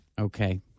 Okay